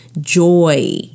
joy